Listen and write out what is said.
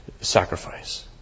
sacrifice